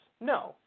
No